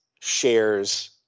shares